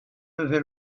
levé